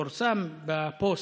פורסם בפוסט,